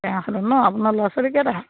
টেঙাখাটত ন আপোনাৰ ল'ৰা ছোৱালী কেইটা